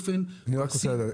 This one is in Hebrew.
אני רק רוצה לדעת,